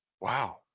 Wow